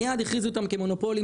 מיד הכריזו אותם כמונופולים,